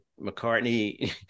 McCartney